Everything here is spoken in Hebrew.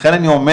לכן אני אומר,